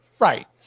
Right